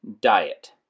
Diet